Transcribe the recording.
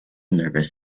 nervous